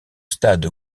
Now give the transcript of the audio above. stade